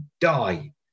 die